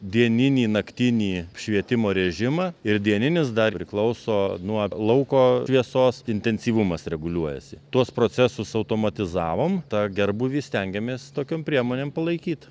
dieninį naktinį švietimo režimą ir dieninis dar priklauso nuo lauko šviesos intensyvumas reguliuojasi tuos procesus automatizavom tą gerbūvį stengiamės tokiom priemonėm palaikyt